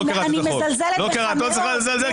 לא צריכה לזלזל,